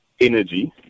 energy